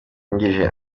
uwungirije